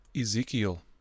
Ezekiel